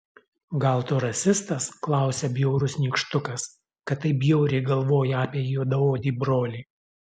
gal tu rasistas klausia bjaurus nykštukas kad taip bjauriai galvoji apie juodaodį brolį